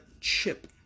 chip